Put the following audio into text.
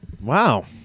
Wow